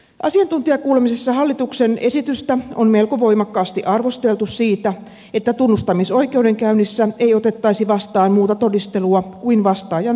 asiantuntijakuulemisissa hallituksen esitystä on melko voimakkaasti arvosteltu siitä että tunnustamisoikeudenkäynnissä ei otettaisi vastaan muuta todistelua kuin vastaajan tunnustus